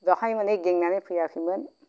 बेहाय हनै गेंनानै फैयाखैमोन